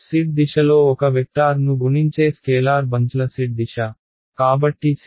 Z దిశలో ఒక వెక్టార్ను గుణించే స్కేలార్ బంచ్ల Z దిశ కాబట్టి z